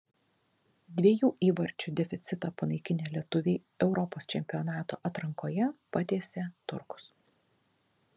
dviejų įvarčių deficitą panaikinę lietuviai europos čempionato atrankoje patiesė turkus